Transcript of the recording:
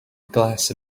glass